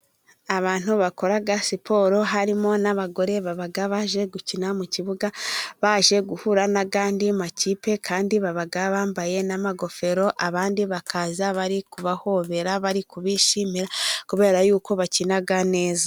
Abantu bakora siporo harimo n'abagore baba baje gukina mu kibuga baje guhura n'andi makipe, kandi baba bambaye n'amagofero abandi bakaza bari kubahobera, bari kubishimira kubera y'uko bakina neza.